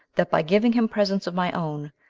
that by giving him presents of my own,